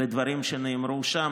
לדברים שנאמרו שם.